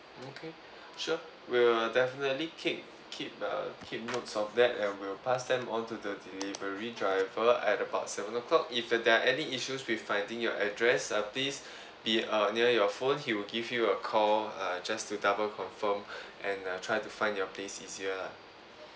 okay sure we'll definitely keep keep uh keep notes of that and we'll pass them on to the delivery driver at about seven o'clock if uh there are any issues with finding your address uh please be uh near your phone he will give you a call uh just to double confirm and uh try to find your place easier lah